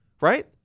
Right